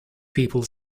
people